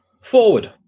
Forward